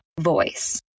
voice